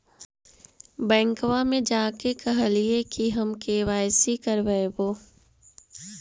बैंकवा मे जा के कहलिऐ कि हम के.वाई.सी करईवो?